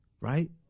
right